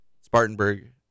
Spartanburg